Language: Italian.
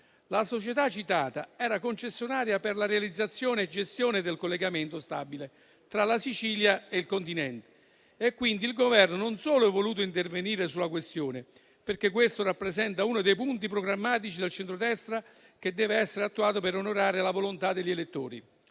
La società citata era concessionaria per la realizzazione e gestione del collegamento stabile tra la Sicilia e il continente e quindi il Governo, non solo è voluto intervenire sulla questione - perché questo rappresenta uno dei punti programmatici dal centrodestra, che deve essere attuato per onorare la volontà degli elettori